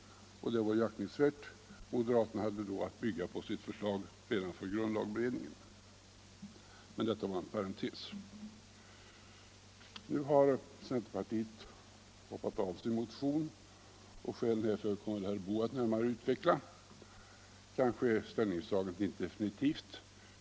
Det var ju aktingsvärt. Moderaterna kunde då bygga på sitt förslag från grundlagberedningen. Nå, detta var en parentes. Men nu har centerpartiet hoppat av från sin motion. Skälen härför kommer väl herr Boo att utveckla närmare. Kanske är ställningstagandet inte definitivt.